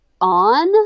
on